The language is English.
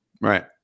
Right